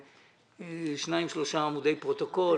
בשניים-שלושה עמודי פרוטוקול.